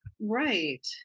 Right